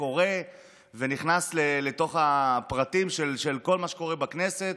קורא ונכנס לתוך הפרטים של כל מה שקורה בכנסת,